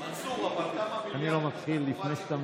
מנסור, אבל כמה